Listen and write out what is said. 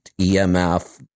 EMF